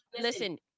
Listen